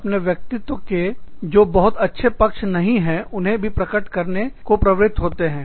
लोग अपने व्यक्तित्व के जो बहुत अच्छे पक्ष नहीं है उन्हें भी प्रकट करने को प्रवृत्त होते हैं